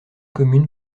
commune